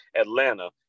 Atlanta